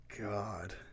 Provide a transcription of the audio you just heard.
God